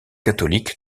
catholique